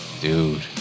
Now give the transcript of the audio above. Dude